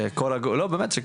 לא באמת,